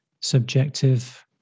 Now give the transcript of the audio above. subjective